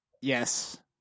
Yes